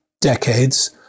decades